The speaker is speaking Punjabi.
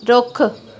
ਰੁੱਖ